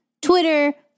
Twitter